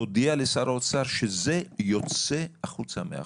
תודיע לשר האוצר שזה יוצא החוצה מהחוק.